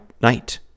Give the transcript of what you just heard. night